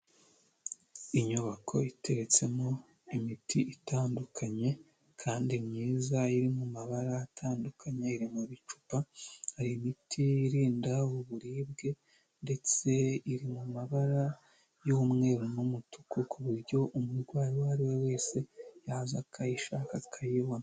Inyubako iteretsemo imiti itandukanye kandi myiza, iri mu mabara atandukanye, iri mu icupa, hari imiti irinda uburibwe ndetse iri mu mabara y'umweru n'umutuku ku buryo umurwayi uwo ari we wese yaza akayishaka akayibona.